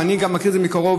ואני גם מכיר את זה מקרוב.